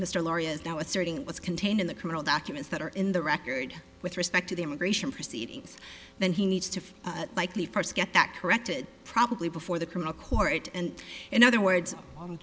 starting was contained in the criminal documents that are in the record with respect to the immigration proceedings then he needs to like the first get that corrected probably before the criminal court and in other words